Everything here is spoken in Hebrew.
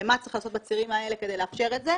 למה צריך לעשות בצירים האלה כדי לאפשר את זה,